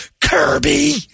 Kirby